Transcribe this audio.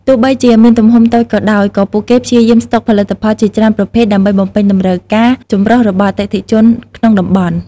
ទោះបីជាមានទំហំតូចក៏ដោយ ក៏ពួកគេព្យាយាមស្តុកផលិតផលជាច្រើនប្រភេទដើម្បីបំពេញតម្រូវការចម្រុះរបស់អតិថិជនក្នុងតំបន់។